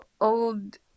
old